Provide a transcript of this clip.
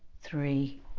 three